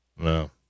No